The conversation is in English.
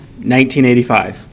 1985